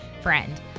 friend